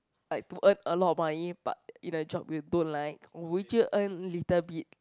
like to earn a lot of money but in a job you don't like or would you earn little bit